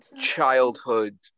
childhood